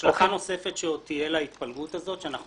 השלכה נוספת שעוד תהיה להתפלגות הזאת - שאנחנו